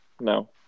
no